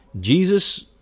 Jesus